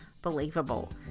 believable